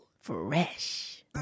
Fresh